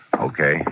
Okay